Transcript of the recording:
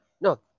No